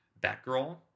Batgirl